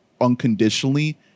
unconditionally